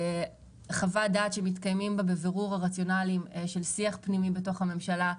חוות דעת שמתקיימים בה בבירור הרציונלים של שיח פנימי בתוך הממשלה,